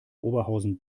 oberhausen